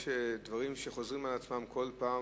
יש דברים שחוזרים על עצמם כל פעם,